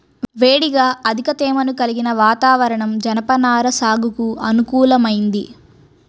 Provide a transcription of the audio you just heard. వేడిగా అధిక తేమను కలిగిన వాతావరణం జనపనార సాగుకు అనుకూలమైంది